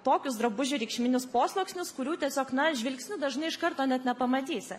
tokius drabužių reikšminius posluoksnius kurių tiesiog na žvilgsniu dažnai iš karto net nepamatysi